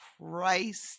Christ